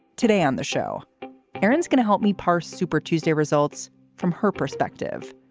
today on the show aaron's going to help me pass super tuesday results from her perspective.